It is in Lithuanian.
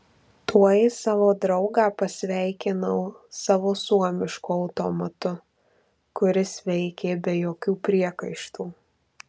tuoj savo draugą pasveikinau savo suomišku automatu kuris veikė be jokių priekaištų